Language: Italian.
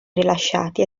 rilasciati